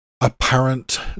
apparent